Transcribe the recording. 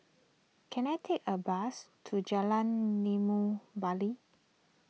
can I take a bus to Jalan Limau Bali